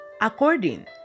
according